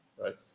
Right